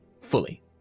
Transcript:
fully